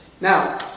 Now